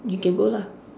you can go lah